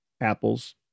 Apple's